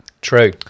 True